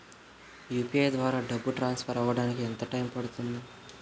UPI ద్వారా డబ్బు transfer అవ్వడానికి ఎంత టైం పడుతుంది?